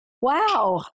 Wow